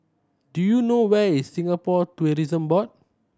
do you know where is Singapore Tourism Board